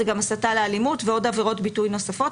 זה גם הסתה לאלימות ועוד עבירות ביטוי נוספות.